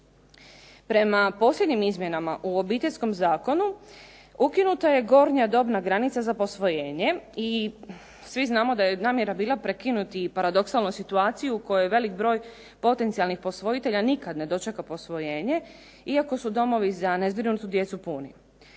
Prema posljednjim izmjenama u Obiteljskom zakonu ukinuta je gornja dobna granica za posvojenje i svi znamo da je namjera bila prekinuti paradoksalnu situaciju u kojoj veliki broj potencijalnih posvojitelja nikad ne dočeka posvojenje iako su domovi za nezbrinutu djecu puni.